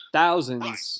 thousands